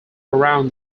around